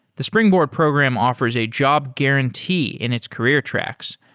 the springboard program offers a job guarantee in its career tracks,